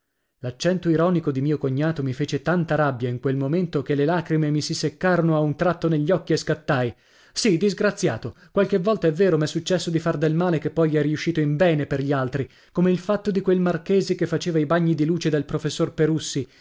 l'accento ironico di mio cognato mi fece tanto rabbia in quel momento che le lacrime mi si seccarono a un tratto negli occhi e scattai sì disgraziato qualche volta è vero m'è successo di far del male che poi è riuscito in bene per gli altri come il fatto di quel marchese che faceva i bagni di luce dal professor perussi